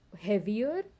heavier